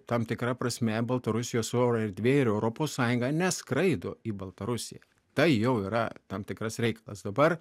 tam tikra prasme baltarusijos oro erdvė ir europos sąjunga neskraido į baltarusiją tai jau yra tam tikras reikalas dabar